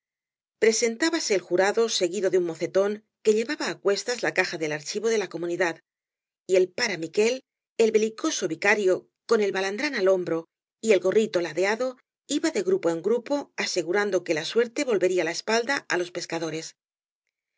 presentábase el jurado seguido de un mocetón que llevaba á cuestas la caja del archivo de la comunidad y el pare miquél el belicoso vicario con el balandrán al hombro y el gorrito ladeado iba de grupo en grupo asegurando que la suerte volvería la espalda á los pescadores